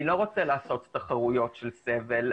אני לא רוצה לעשות תחרויות של סבל,